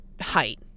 height